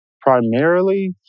primarily